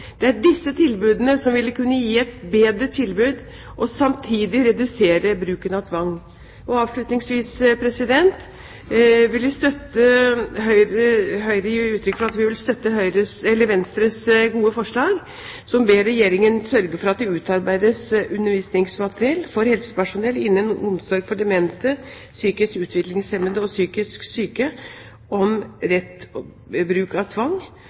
Det er disse tilbudene som vil kunne gi et bedre tilbud og samtidig redusere bruken av tvang. Avslutningsvis vil vi i Høyre gi uttrykk for at vi vil støtte Venstres gode forslag, hvor man ber Regjeringen sørge for at det utarbeides undervisningsmateriell for helsepersonell innen omsorg for demente, psykisk utviklingshemmede og psykisk syke om rett bruk av tvang,